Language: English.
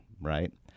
right